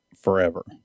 forever